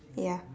ya